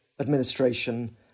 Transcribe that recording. administration